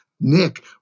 Nick